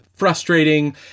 frustrating